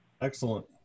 Excellent